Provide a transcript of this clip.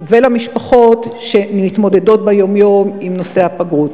הפגיות ולמשפחות שמתמודדות ביום-יום עם נושא הפגות.